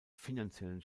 finanziellen